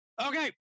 okay